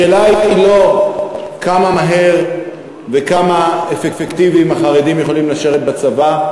השאלה היא לא כמה מהר וכמה אפקטיבי החרדים יכולים לשרת בצבא.